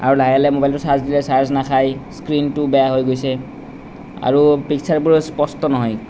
আৰু লাহে লাহে ম'বাইলটো চাৰ্জ দিলে চাৰ্জ নাখায় স্ক্ৰীণটো বেয়া হৈ গৈছে আৰু পিকচাৰবোৰো স্পষ্ট নহয়